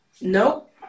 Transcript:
Nope